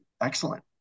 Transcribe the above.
excellent